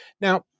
Now